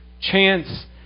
Chance